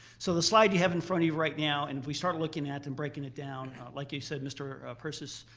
so the slide you have in front of you right now and if we start looking at and breaking it down, like you said, mr. persis,